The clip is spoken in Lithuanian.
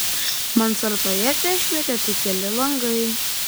mansardoje tešvietė tik keli langai